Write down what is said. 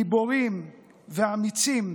גיבורים ואמיצים,